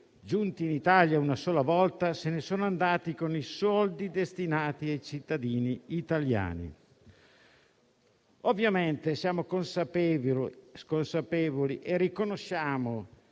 giunti in Italia una sola volta, se ne sono andati con i soldi destinati ai cittadini italiani. Ovviamente siamo consapevoli e riconosciamo